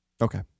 Okay